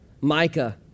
Micah